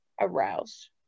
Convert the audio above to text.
aroused